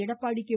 Edappadi K